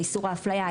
לאיסור ההפליה,